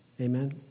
Amen